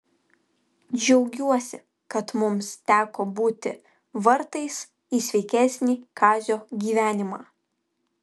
džiaugiuosi kad mums teko būti vartais į sveikesnį kazio gyvenimą